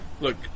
look